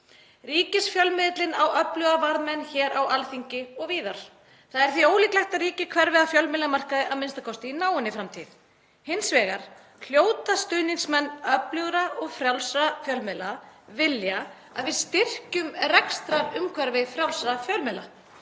Ríkisfjölmiðillinn á öfluga varðmenn hér á Alþingi og víðar. Það er því ólíklegt að ríkið hverfi af fjölmiðlamarkaði a.m.k. í náinni framtíð. Hins vegar hljóta stuðningsmenn öflugra og frjálsra fjölmiðla að vilja að við styrkjum rekstrarumhverfi frjálsra fjölmiðla.